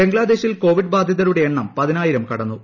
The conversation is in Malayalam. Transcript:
ബംഗ്ലാദേശിൽ കോവിഡ് ബാധിതരുടെ എണ്ണം പതിനായിരം കടന്നു